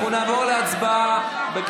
זהו.